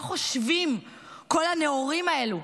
מה חושבים כל הנאורים האלו,